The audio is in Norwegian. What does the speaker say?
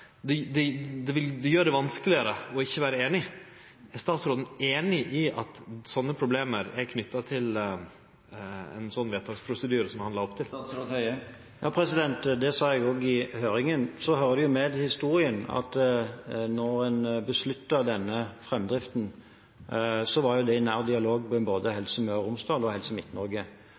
det gjer det vanskelegare ikkje å vere einig. Er statsråden einig i at sånne problem er knytte til ein sånn vedtaksprosedyre som han la opp til? Det sa jeg også i høringen. Det hører med til historien at da en besluttet denne framdriften, så var det i nær dialog med både